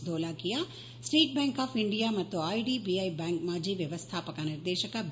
Dholakia state bank of India ಮತ್ತು IDBI bank ಮಾಜಿ ವ್ಯವಸ್ಡಾಪಕ ನಿರ್ದೇಶಕ ಬಿ